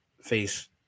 face